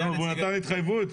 והוא נתן התחייבות?